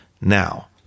Now